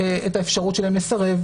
את האפשרות שלהם לסרב,